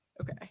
okay